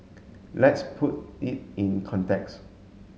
let's put it in context